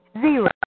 Zero